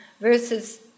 versus